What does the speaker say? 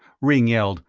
ringg yelled,